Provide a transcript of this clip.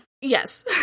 Yes